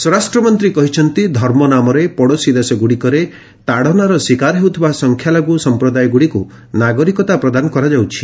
ସ୍ୱରାଷ୍ଟ୍ର ମନ୍ତ୍ରୀ କହିଛନ୍ତି ଧର୍ମ ନାମରେ ପଡ଼ୋଶୀ ଦେଶଗ୍ରଡ଼ିକରେ ତାଡ଼ନାର ଶିକାର ହେଉଥିବା ସଂଖ୍ୟାଲଘ୍ର ସମ୍ପ୍ରଦାୟଗ୍ରଡ଼ିକ ନାଗରିକତା ପ୍ରଦାନ କରାଯାଉଛି